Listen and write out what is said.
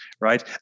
right